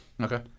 Okay